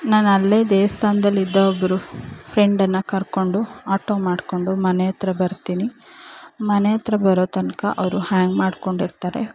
ನಾನಲ್ಲೇ ದೇವಸ್ಥಾನ್ದಲ್ಲಿ ಇದ್ದ ಒಬ್ಬರು ಫ್ರೆಂಡನ್ನು ಕರ್ಕೊಂಡು ಆಟೊ ಮಾಡಿಕೊಂಡು ಮನೆ ಹತ್ರ ಬರ್ತೀನಿ ಮನೆ ಹತ್ರ ಬರೋ ತನಕ ಅವರು ಹ್ಯಾಂಗ್ ಮಾಡಿಕೊಂಡಿರ್ತಾರೆ